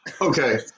Okay